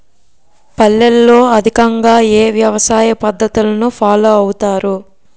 పల్లెల్లో అధికంగా ఏ వ్యవసాయ పద్ధతులను ఫాలో అవతారు?